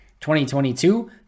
2022